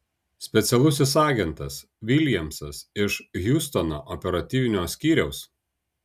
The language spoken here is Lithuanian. specialusis agentas viljamsas iš hjustono operatyvinio skyriaus